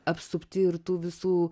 apsupti ir tų visų